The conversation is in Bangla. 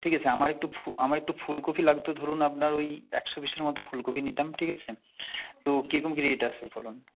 ঠিক আছে আমার একটু আমার একটু ফুলকপি লাগতো ধরুন আপনার ওই একশো দেড়শো মতো ফুলকপি নিতাম ঠিক আছে তো কি রকম কি রেট আছে বলুন